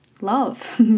love